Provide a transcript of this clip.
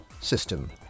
System